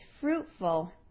fruitful